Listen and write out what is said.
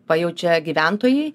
pajaučia gyventojai